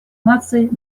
наций